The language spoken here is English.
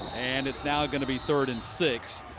and it's now going to be third and six.